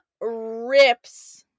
rips